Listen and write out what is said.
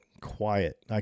quiet